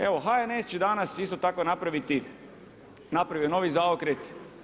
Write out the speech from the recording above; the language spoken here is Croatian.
Evo HNS će danas isto tako napraviti, napravio je novi zaokret.